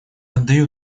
отдаю